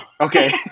Okay